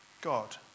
God